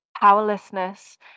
powerlessness